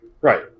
right